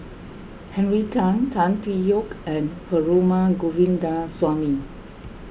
Henry Tan Tan Tee Yoke and Perumal Govindaswamy